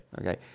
Okay